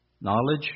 knowledge